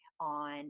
on